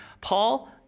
Paul